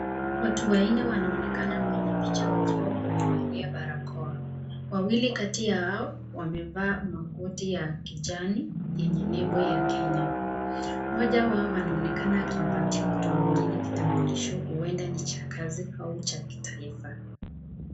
Watu wanne wanaonekana kwenye picha wakiwa wamevalia barakoa. Wawili kati yao wamevaa makoti ya kijani yenye nembo ya Kenya. Moja wao anaonekana akimpatia mtu mwingine kitambulisho ueda ni cha kazi au cha kitaifa.